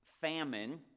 famine